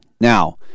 Now